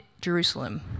Jerusalem